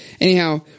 Anyhow